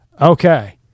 okay